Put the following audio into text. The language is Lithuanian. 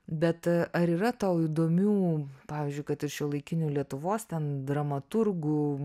bet ar yra tau įdomių pavyzdžiui kad ir šiuolaikinių lietuvos ten dramaturgų